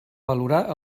valorar